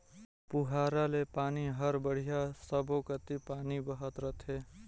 पुहारा ले पानी हर बड़िया सब्बो कति पानी बहत रथे